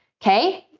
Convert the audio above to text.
okay?